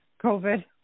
COVID